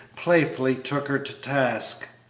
playfully took her to task.